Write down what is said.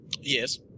Yes